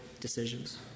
decisions